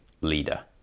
leader